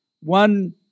One